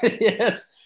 Yes